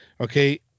Okay